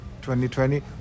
2020